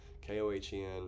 K-O-H-E-N